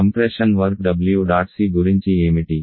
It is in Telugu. compression work W dot C గురించి ఏమిటి